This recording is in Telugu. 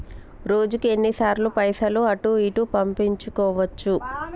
రోజుకు ఎన్ని సార్లు పైసలు అటూ ఇటూ పంపించుకోవచ్చు?